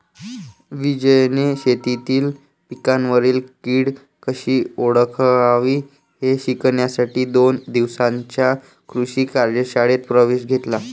विजयने शेतीतील पिकांवरील कीड कशी ओळखावी हे शिकण्यासाठी दोन दिवसांच्या कृषी कार्यशाळेत प्रवेश घेतला